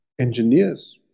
Engineers